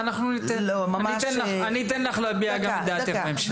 אני אתן לך להביע גם את דעתך בהמשך.